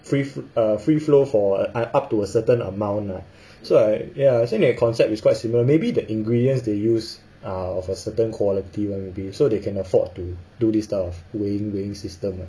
free uh free flow for up to a certain amount lah so I ya actually their concept is quite similar maybe the ingredients they use are of a certain quality maybe so they can afford to do this type of weighing weighing system ah